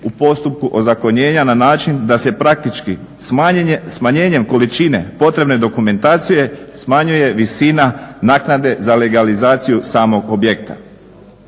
u postupku ozakonjenja na način da se praktički smanjenjem količine potrebne dokumentacije smanjuje visina naknade za legalizaciju samog objekta.